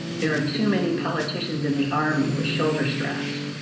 there are too many politicians in the army with shoulder-straps.